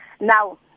Now